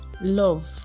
love